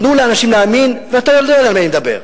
תנו לאנשים להאמין, ואתה יודע על מה אני מדבר.